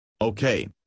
Okay